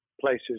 places